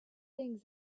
things